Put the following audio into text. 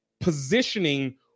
positioning